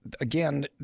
again